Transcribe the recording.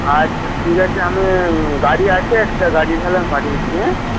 আচ্ছা ঠিক আছে আমি গাড়ি আছে একটা গাড়ি তাহলে আমি পাঠিয়ে দিচ্ছি হ্যাঁ